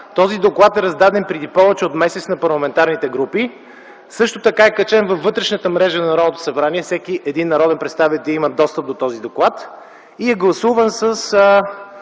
Този доклад е раздаден преди повече от месец на парламентарните групи. Също така е качен във вътрешната мрежа на Народното събрание. Всеки един народен представител има достъп до този доклад. Гласуван е